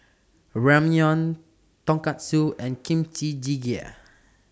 Ramyeon Tonkatsu and Kimchi Jjigae